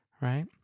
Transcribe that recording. right